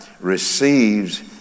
receives